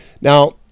Now